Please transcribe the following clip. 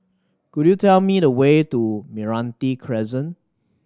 could you tell me the way to Meranti Crescent